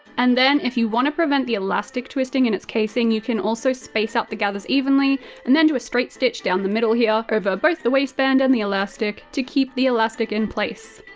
and then if you wanna prevent the elastic twisting in its casing, you can space out the gathers evenly and then do a straight stitch down the middle here, over both the waistband and the elastic, to keep the elastic in place.